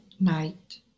night